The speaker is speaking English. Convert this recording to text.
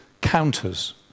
counters